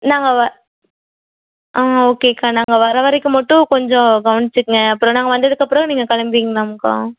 நாங்கள் வ ஆ ஓகேக்கா நாங்கள் வர வரைக்கு மட்டும் கொஞ்சம் கவனிச்சிக்கங்க அப்புறம் நாங்கள் வந்ததுக்கு அப்புறம் நீங்கள் கிளம்பிங்லாம்க்கா